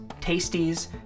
Tasties